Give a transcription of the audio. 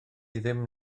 ddim